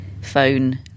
phone